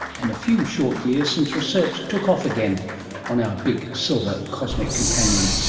and a few short years since research took off again on our big silver cosmic companion.